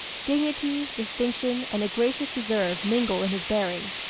dignity, distinction, and a gracious reserve mingle in his bearing.